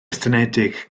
estynedig